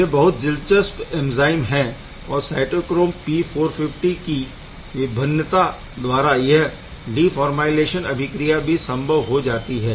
यह बहुत दिलचस्प एंज़ाइम है और साइटोक्रोम P450 की विभिन्नता द्वारा यह डीफॉरमाइलेशन अभिक्रिया भी संभव हो जाती है